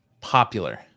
popular